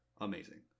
amazing